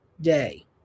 Day